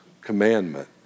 commandment